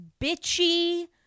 bitchy